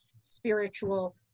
spiritual